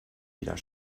wieder